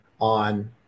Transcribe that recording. on